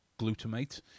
glutamate